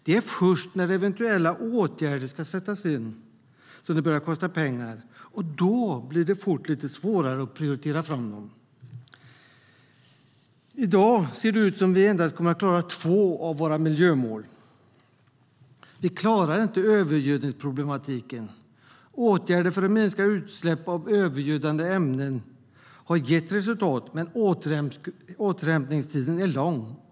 Det är först när eventuella åtgärder ska sättas in som det börjar kosta pengar, och då blir det fort lite svårare att prioritera fram dem. I dag ser det ut som att vi endast kommer att klara två av våra miljömål. Vi klarar inte övergödningsproblematiken. Åtgärder för att minska utsläpp av övergödande ämnen har gett resultat, men återhämtningstiden är lång.